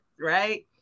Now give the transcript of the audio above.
right